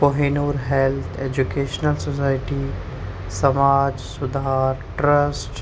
کوہ Noor health educational society سماج سدھار ٹرسٹ